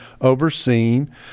overseen